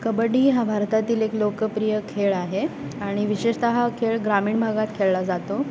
कबड्डी हा भारतातील एक लोकप्रिय खेळ आहे आणि विशेषतः खेळ ग्रामीण भागात खेळला जातो